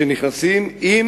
שנכנסים עם